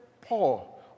Paul